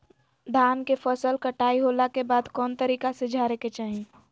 धान के फसल कटाई होला के बाद कौन तरीका से झारे के चाहि?